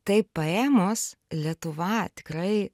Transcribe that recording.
taip paėmus lietuva tikrai